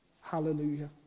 hallelujah